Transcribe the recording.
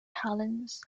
helens